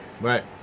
Right